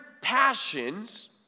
passions